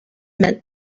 meant